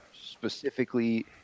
specifically